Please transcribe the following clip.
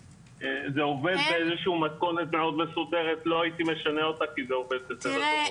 זה עובד במתכונת מאוד מסודרת לא הייתי משנה אותה כי זה עובד בסדר גמור.